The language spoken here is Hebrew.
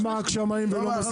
למה שמאים ולא מוסכים?